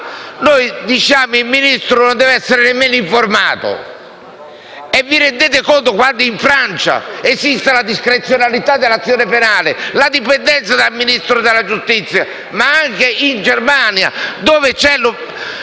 diciamo che il Ministro non deve essere nemmeno informato. Ma vi rendete conto che in Francia esiste la discrezionalità dell'azione penale e la dipendenza dal Ministro della giustizia? E che anche in Germania, dove c'è